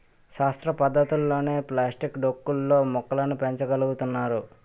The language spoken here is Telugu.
శాస్త్ర పద్ధతులతోనే ప్లాస్టిక్ డొక్కు లో మొక్కలు పెంచ గలుగుతున్నారు